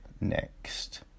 next